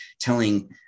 telling